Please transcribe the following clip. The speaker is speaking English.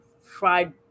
fried